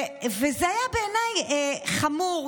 וזה היה בעיניי חמור,